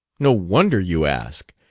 no wonder you ask!